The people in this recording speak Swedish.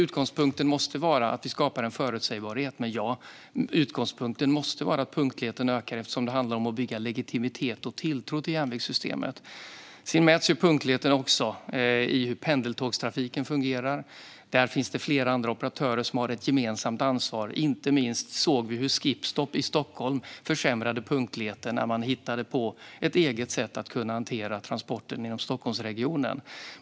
Utgångspunkten måste vara att vi skapar en förutsägbarhet. Men ja, utgångspunkten måste vara att punktligheten ökar. Det handlar om att bygga legitimitet och tilltro till järnvägssystemet. Sedan mäts punktligheten också i hur pendeltågstrafiken fungerar. Där finns det flera operatörer som har ett gemensamt ansvar. Vi såg inte minst hur skip-stop i Stockholm försämrade punktligheten, när man hittade på ett eget sätt att hantera transporten inom Stockholmsregionen.